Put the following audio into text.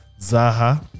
Zaha